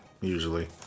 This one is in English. usually